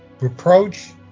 reproach